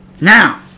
Now